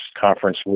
conference